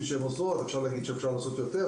שהן עושות אפשר לומר שאפשר לעשות יותר,